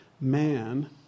man